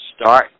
start